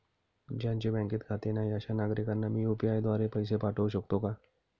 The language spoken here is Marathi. ज्यांचे बँकेत खाते नाही अशा नागरीकांना मी यू.पी.आय द्वारे पैसे पाठवू शकतो का?